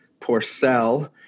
porcel